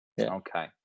Okay